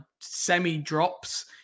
semi-drops